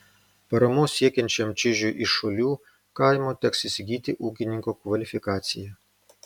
paramos siekiančiam čižiui iš šolių kaimo teks įsigyti ūkininko kvalifikaciją